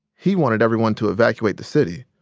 he wanted everyone to evacuate the city,